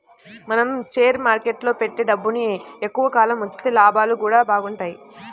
మనం షేర్ మార్కెట్టులో పెట్టే డబ్బుని ఎక్కువ కాలం ఉంచితే లాభాలు గూడా బాగుంటయ్